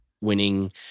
winning